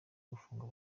gufungwa